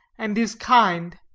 and is kind.